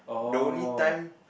the only time